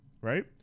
right